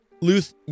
Luth